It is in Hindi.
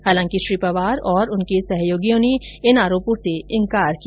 हालांकि श्री पवार और उनके सहयोगियों ने इन आरोपों से इनकार किया